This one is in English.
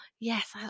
Yes